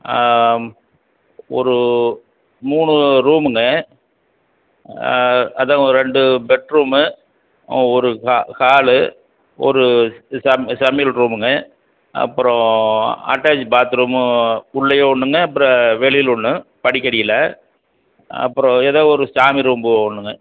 ஒரு மூணு ரூமுங்க அதான் ஒரு ரெண்டு பெட் ரூம்மு ஒரு ஹா ஹாலு ஒரு சம் சமையல் ரூமுங்க அப்புறம் அட்டாச்சி பாத்ரூம்மு உள்ளேயே ஒன்றுங்க அப்புறம் வெளியில் ஒன்று படிக்கடியில் அப்புறம் ஏதோ ஒரு சாமி ரூம்பு ஒன்றுங்க